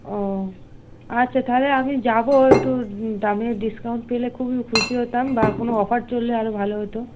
ও আচ্ছা তাহলে আমি যাবো একটু দামের ডিসকাউন্ট পেলে খুবই খুশি হতাম বা কোনো অফার চললে আরও ভালো হতো